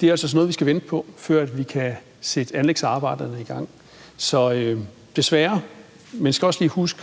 det er altså noget, vi skal vente på, før vi kan sætte anlægsarbejderne i gang. Sådan er det desværre, men man skal også lige huske,